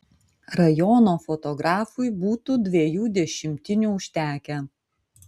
rajono fotografui būtų dviejų dešimtinių užtekę